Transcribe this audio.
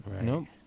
No